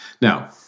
Now